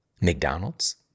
McDonald's